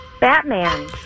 Batman